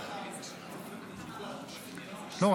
--- לא,